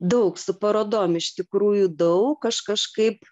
daug su parodom iš tikrųjų daug aš kažkaip